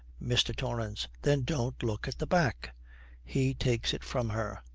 mr. torrance. then don't look at the back he takes it from her.